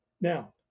now